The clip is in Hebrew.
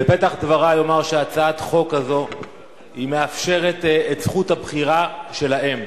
בפתח דברי אומר שהצעת החוק הזאת מאפשרת את זכות הבחירה של האם.